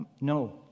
no